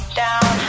down